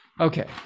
Okay